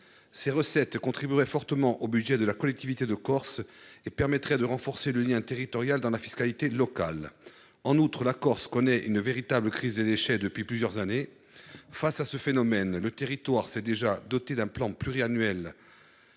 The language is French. Ces recettes contribueraient fortement au budget de la Corse et permettraient de renforcer le lien territorial dans la fiscalité locale. En outre, la Corse connaît une véritable crise des déchets depuis plusieurs années. Face à ce phénomène, le territoire s’est déjà doté d’un plan pluriannuel